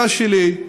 והשאלה שלי,